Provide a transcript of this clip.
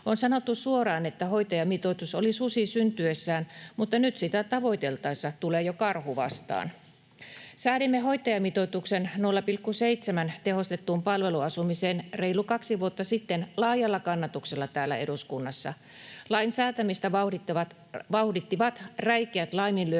On sanottu suoraan, että hoitajamitoitus oli susi syntyessään, mutta nyt sitä tavoiteltaessa tulee jo karhu vastaan. Säädimme hoitajamitoituksen 0,7 tehostettuun palveluasumiseen reilu kaksi vuotta sitten laajalla kannatuksella täällä eduskunnassa. Lain säätämistä vauhdittivat räikeät laiminlyönnit,